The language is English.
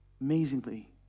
Amazingly